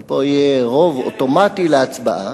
אבל פה יהיה רוב אוטומטי להצבעה,